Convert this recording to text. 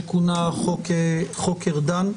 שכונה חוק ארדן.